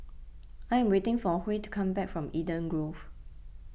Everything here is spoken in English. I am waiting for Huey to come back from Eden Grove